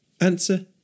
Answer